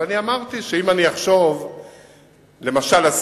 אז אני אמרתי שאם אני אחשוב,